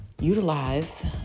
utilize